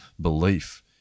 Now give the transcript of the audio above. belief